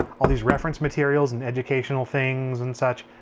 all these reference materials and educational things and such.